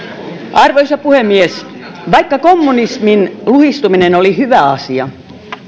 arvoisa puhemies vaikka kommunismin luhistuminen oli hyvä asia